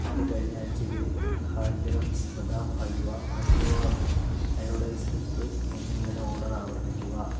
എന്റെ കഴിഞ്ഞ ആഴ്ചയിലെ ഹാൽദിറംസ് ബദാം ഹൽവ ആശീർവാദ് അയോഡൈസ്ഡ് ഉപ്പ് എന്നിവയുടെ ഓർഡർ ആവർത്തിക്കുക